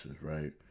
right